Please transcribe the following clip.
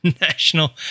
national